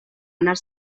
anar